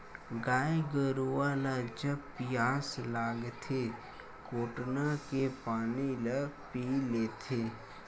गाय गरुवा ल जब पियास लागथे कोटना के पानी ल पीय लेथे